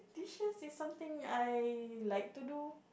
dishes is something I like to do